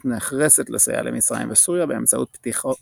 נחרצת לסייע למצרים וסוריה באמצעות פתיחות